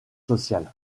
social